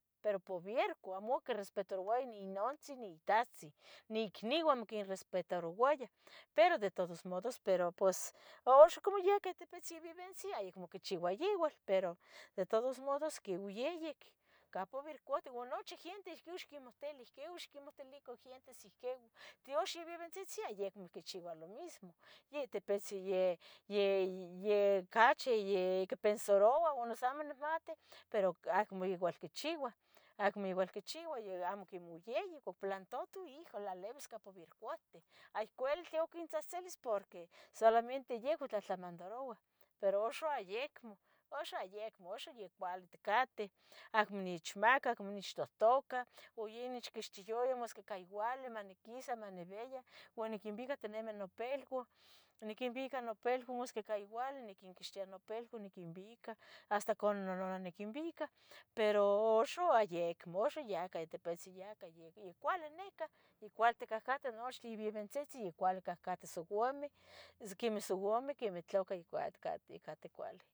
pero pubiercu, amo quirespetarouaya ni nontzi, ni tahtzi, nicniua nioquinrespetarouaya, pero de todos modos pero pos uxa como yecah tipetzin bibentzin a yeh acmo quichiua igual, pero de todos modos quiuyeyic, campa bircuatih ua nochi giente ihquiu ixquimohtili, ihquiu ixquimohtilicu gientes ihquieu tiuxa ya bibentzitzi a yeh acmo quichiua lo mismo, ya tipetzi ye, ye ye ocachi ye quipensaroua noso amo nicmati, pero o acmo igual quichiua, acmo igual quichiua, yihacmo quimeh oyeyic, u plantutu ijole tlalibis capubircuahti, hay cuali tla oquintzahtzilis porque porque solamente yehua tlamadaroua, pero uxa ayecmo, uxa yecmo, uxa ya cuali itcateh, acmo nechmaca, acmo nechtohtoca, iyeyi onechquixtiyaya masqui ica youali maniquisa manibeyah, maniquinbicatinimi nopilba, niquinbica nopilba masqui ica youali niquinquixtia nopilba niquinbica, hasta icah nononah niquinbica, pero uxa a yecmo, uxa ya cah tipitzin yacah yacah yacuali nicah, ya cuali ticahcateh nochtin bibentzitzin ya cuali cahcateh souameh ssquemeh souameh quemeh tlacah ya cuali itcateh, itcateh cuali.